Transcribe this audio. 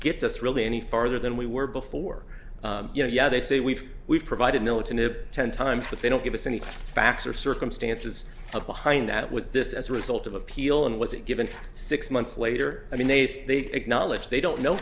gets us really any farther than we were before you know yeah they say we've we've provided militant ten times but they don't give us any facts or circumstances behind that was this as a result of appeal and was it given six months later i mean nace they've acknowledged they don't know